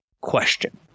question